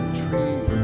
tree